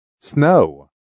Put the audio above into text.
Snow